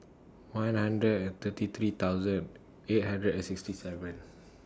one hundred and thirty three thousand eight hundred and sixty seven